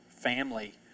family